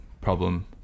problem